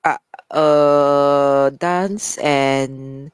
ah uh dance and